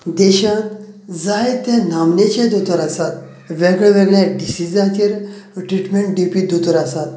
देशान जाय तें नामनेचे दोतोर आासत वेगळे वेगळे डिसिझाचेर ट्रीटमेंट दिवपी दोतोर आसात